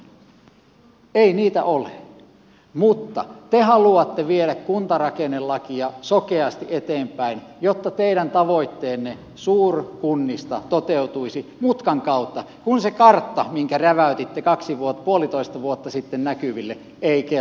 ei niitä ole mutta te haluatte viedä kuntarakennelakia sokeasti eteenpäin jotta teidän tavoitteenne suurkunnista toteutuisi mutkan kautta kun se kartta minkä räväytitte puolitoista vuotta sitten näkyville ei kelvannut